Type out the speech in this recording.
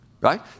right